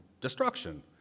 destruction